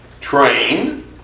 Train